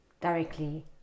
directly